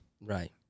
Right